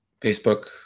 Facebook